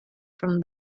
from